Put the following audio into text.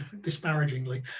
disparagingly